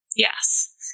Yes